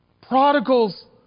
Prodigals